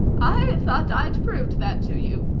i thought i'd proved that to you.